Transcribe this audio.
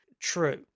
true